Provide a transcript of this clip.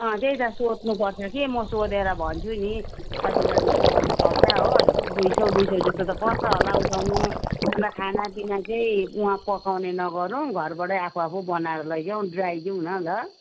अँ त्यही त सोध्नुपर्छ के म सोधेर भन्छु नि कति कति उठाउनुपर्छ हो दुई सय दुई सय जस्तो त पर्छ होला उठाउनु अनि त खानापिना चाहिँ वहाँ पकाउने नगरौँ घरबाटै आफू आफू बनाएर लैजाऊँ ड्राई जाऔँ न ल